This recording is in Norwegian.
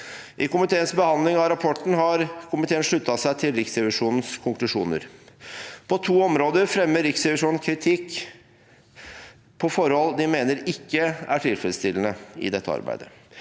I komiteens behandling av rapporten har komiteen sluttet seg til Riksrevisjonens konklusjoner. På to områder fremmer Riksrevisjonen kritikk om forhold de mener ikke er tilfredsstillende i dette arbeidet: